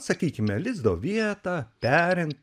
sakykime lizdo vietą perint